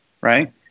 Right